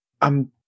I'm-